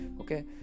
Okay